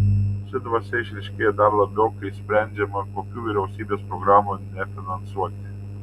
ši dvasia išryškėja dar labiau kai sprendžiama kokių vyriausybės programų nefinansuoti